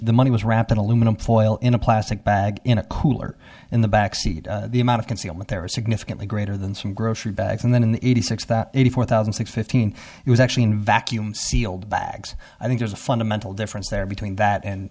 the money was wrapped in aluminum foil in a plastic bag in a cooler in the backseat the amount of concealment there were significantly greater than some grocery bags and then in the eighty six that eighty four thousand six fifteen it was actually in vacuum sealed bags i think there's a fundamental difference there between that and